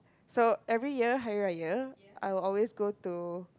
so every year Hari Raya I will always go to